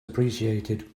appreciated